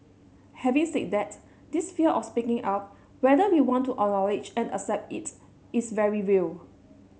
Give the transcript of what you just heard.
having said that this fear of speaking up whether we want to acknowledge and accept it is very real